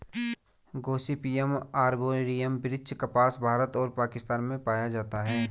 Gossypium arboreum वृक्ष कपास, भारत और पाकिस्तान में पाया जाता है